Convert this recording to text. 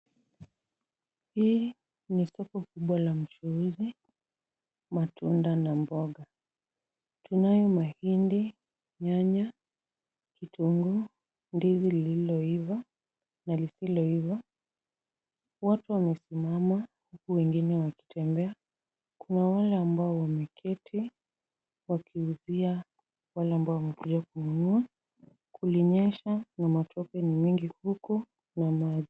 Hii ni soko kubwa la mchuuzi, matunda na mboga. Tunayo mahindi, nyanya, kitunguu, ndizi lililoiva na lisiloiva. Watu wamesimama huku wengine wakitembea. Kuna wale ambao wameketi wakiuzia wale ambao wamekuja kununua. Kulinyesha na matope ni mingi huku na maji.